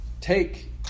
take